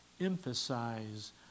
emphasize